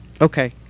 Okay